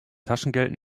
taschengeld